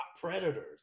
predators